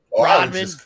Rodman